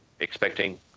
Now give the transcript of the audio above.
Expecting